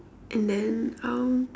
and then um